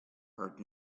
heard